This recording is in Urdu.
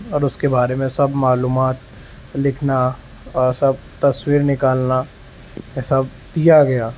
اور اس کے بارے میں سب معلومات لکھنا اور سب تصویر نکالنا یہ سب دیا گیا